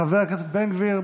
חבר הכנסת בן גביר,